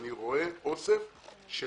אני רואה אוסף של